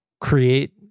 create